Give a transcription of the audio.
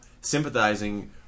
sympathizing